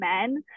men